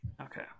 Okay